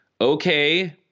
okay